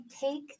take